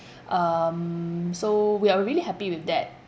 um so we are really happy with that